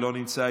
לא נמצא,